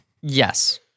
Yes